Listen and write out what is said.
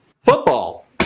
football